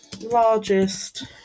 largest